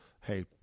hey